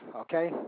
okay